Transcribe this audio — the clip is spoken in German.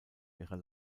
ihrer